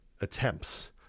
attempts